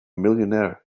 millionaire